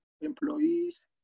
employees